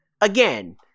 Again